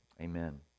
amen